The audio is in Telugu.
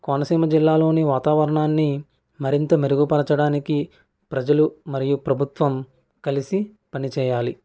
కోనసీమ జిల్లాలోని వాతావరణాన్ని మరింత మెరుగుపరచడానికి ప్రజలు మరియు ప్రభుత్వం కలిసి పనిచేయాలి